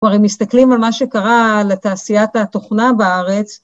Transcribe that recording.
כבר אם מסתכלים על מה שקרה לתעשיית התוכנה בארץ,